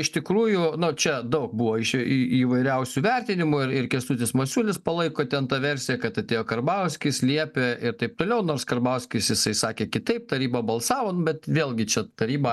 iš tikrųjų nu čia daug buvo iš įvairiausių vertinimų ir ir kęstutis masiulis palaiko ten tą versiją kad atėjo karbauskis liepė ir taip toliau nors karbauskis jisai sakė kitaip taryba balsavo nu bet vėlgi čia taryba